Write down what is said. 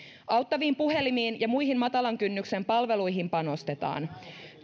auttaviin puhelimiin ja muihin matalan kynnyksen palveluihin panostetaan